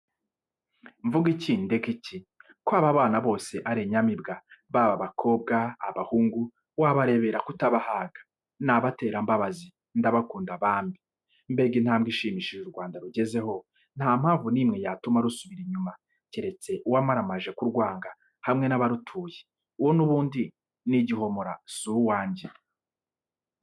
Mvuge iki ndeke iki, ko aba bana bose ari inyamibwa, baba abakobwa, abahungu, wabarebera kutabahaga, ni abaterambabazi, ndabakunda bambe! Mbega intambwe ishimishije u Rwanda rugezeho, nta mpamvu n'imwe yatuma rusubira inyuma, keretse uwamaramaje kurwanga hamwe n'abarutuye, uwo ni ubundi ni igihomora si uwanjye.